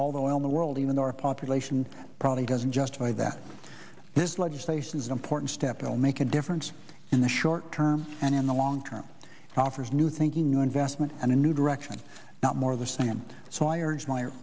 all the oil in the world even our population probably doesn't justify that this legislation is an important step will make a difference in the short term and in the long term offers new thinking new investment and a new direction not more of the same so i